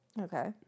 Okay